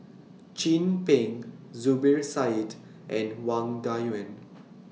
Chin Peng Zubir Said and Wang Dayuan